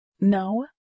No